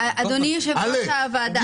אלכס,